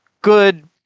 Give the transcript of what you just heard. good